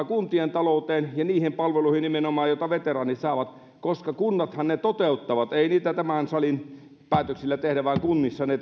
kuntien talouteen ja nimenomaan niihin palveluihin joita veteraanit saavat koska kunnathan ne toteuttavat ei niitä tämän salin päätöksillä tehdä vaan kunnissa ne